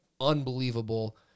unbelievable